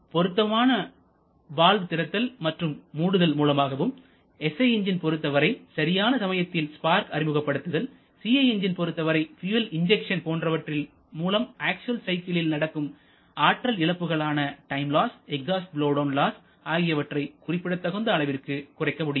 பொருத்தமான வால்வு திறத்தல் மற்றும் மூடுதல் மூலமாகவும் SI எஞ்சின் பொருத்தவரை சரியான சமயத்தில் ஸ்பார்க் அறிமுகப்படுத்துதல் CI எஞ்சின் பொருத்தவரை பியூயல் இன்ஜெக்ஷன் போன்றவற்றின் மூலம் அக்சுவல் சைக்கிள்களில் நடக்கும் ஆற்றல் இழப்புகளான time loss exhaust blow down loss ஆகியவற்றை குறிப்பிடத்தகுந்த அளவிற்கு குறைக்க முடியும்